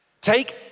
Take